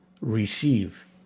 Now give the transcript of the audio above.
receive